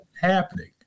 happening